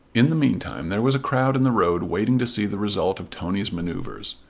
in the meantime there was a crowd in the road waiting to see the result of tony's manoeuvres.